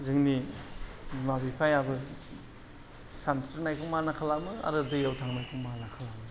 जोंनि बिमा बिफायाबो सानस्रिनायखौ माना खालामो आरो दैयाव थांनायखौ माना खालामो